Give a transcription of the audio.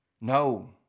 No